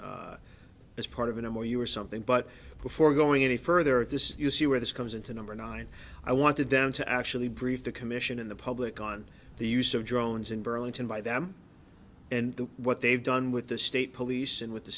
as part of an a more you or something but before going any further at this you see where this comes into number nine i wanted them to actually brief the commission in the public on the use of drones in burlington by them and what they've done with the state police and with the